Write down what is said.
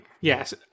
yes